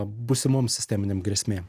būsimom sisteminėm grėsmėm